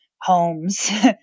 homes